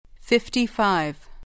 Fifty-five